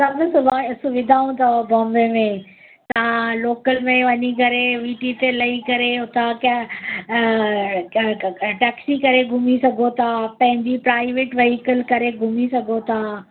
सभु सुवाएं सुविधाऊं अथव बॉम्बे में तव्हां लोकल में वञी करे वी टी ते लही करे उतां कै टैक्सी करे घुमी सघो था पंहिंजी प्राइवेट विह्कल करे घुमी सघो था